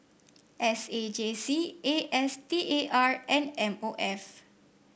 S A J C A S T A R and M O F